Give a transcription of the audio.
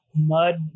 mud